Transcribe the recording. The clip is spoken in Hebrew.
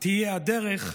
תהיה הדרך,